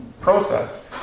process